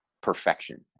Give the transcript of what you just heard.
perfection